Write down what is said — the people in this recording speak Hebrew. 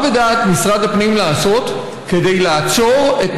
מה בדעת משרד הפנים לעשות כדי לעצור את